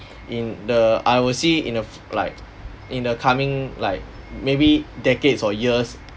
in the I will see it in a f~ like in the coming like maybe decades or years